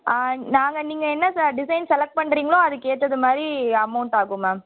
ஆ நாங்கள் நீங்கள் என்ன டிஸைன் செலெக்ட் பண்ணுறிங்களோ அதுக்கு ஏற்றது மாதிரி அமௌண்ட் ஆகும் மேம்